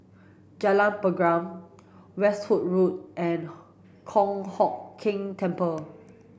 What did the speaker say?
Jalan Pergam Westerhout Road and Kong Hock Keng Temple